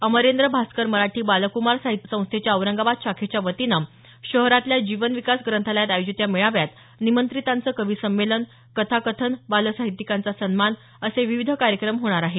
अमरेंद्र भास्कर मराठी बालकुमार साहित्य संस्थेच्या औरंगाबाद शाखेच्या वतीनं शहरातल्या जीवन विकास ग्रंथालयात आयोजित या मेळाव्यात निमंत्रितांचं कवीसंमेलन कथाकथन बालसाहित्यिकांचा सन्मान असे विविध कार्यक्रम होणार आहेत